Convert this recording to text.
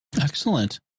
Excellent